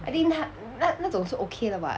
I think 它那种是 okay 的 [what]